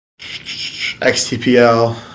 XTPL